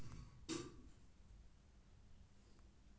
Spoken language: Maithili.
एकर उपयोग समुद्र अथवा नदी मे माछ पकड़ै लेल कैल जाइ छै